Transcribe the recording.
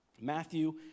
Matthew